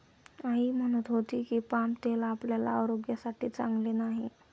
आई म्हणत होती की, पाम तेल आपल्या आरोग्यासाठी चांगले नाही